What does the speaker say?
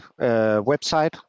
website